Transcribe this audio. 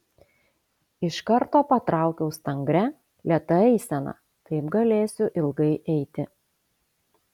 iš karto patraukiau stangria lėta eisena taip galėsiu ilgai eiti